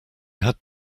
had